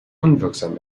unwirksam